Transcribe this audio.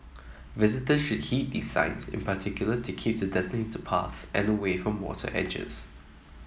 visitors should heed these signs in particular to keep to designated paths and away from water edges